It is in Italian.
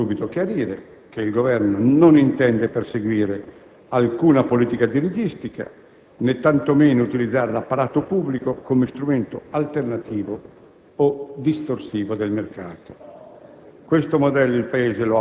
e voglio subito chiarire che il Governo non intende perseguire alcuna politica dirigistica né tanto meno utilizzare l'apparato pubblico come strumento alternativo o distorsivo del mercato.